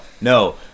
No